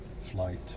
flight